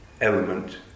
element